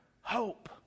hope